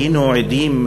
היינו עדים,